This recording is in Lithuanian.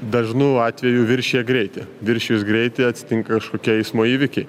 dažnu atveju viršija greitį viršijus greitį atsitinka kažkokia eismo įvykiai